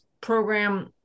program